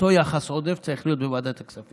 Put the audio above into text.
אותו יחס עודף צריך להיות בוועדת הכספים.